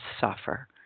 suffer